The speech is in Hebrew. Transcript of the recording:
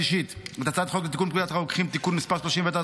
השלישית את הצעת חוק לתיקון פקודת הרוקחים (תיקון מס' 37),